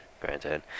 granted